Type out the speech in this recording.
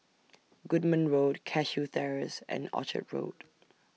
Goodman Road Cashew Terrace and Orchard Road